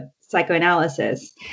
psychoanalysis